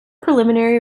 preliminary